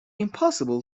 impossible